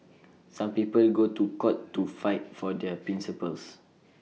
some people go to court to fight for their principles